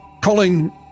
Colin